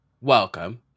welcome